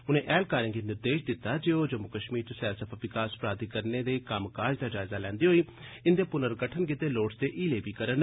उनें ऐह्लकारें गी निर्देश दित्ते जे ओह् जम्मू कश्मीर च सैलसफा विकास प्राधिकरणें दे कम्मकाज दा जायजा लैंदे होई इंदे पुर्नगठन गितै लोड़चदे हीले बी करन